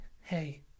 hey